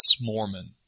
Mormon